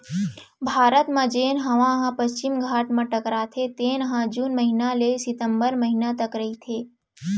भारत म जेन हवा ह पस्चिम घाट म टकराथे तेन ह जून महिना ले सितंबर महिना तक रहिथे